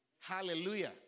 Hallelujah